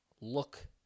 look